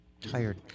tired